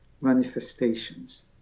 manifestations